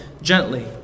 gently